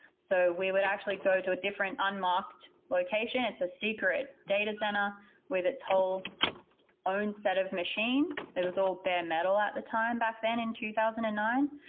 so we would actually go to a different unlocked location. it's a secret data center with its whole own set of machines. it was all bear metal at the time back then in two thousand and nine,